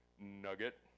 nugget